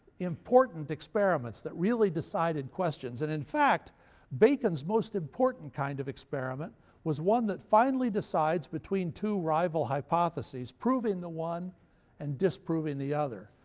important experiments that really decided questions, and in fact bacon's most important kind of experiment was one that finally decides between two rival hypotheses, proving the one and disproving the other.